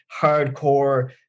hardcore